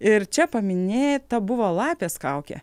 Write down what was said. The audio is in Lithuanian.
ir čia paminėta buvo lapės kaukė